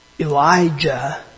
Elijah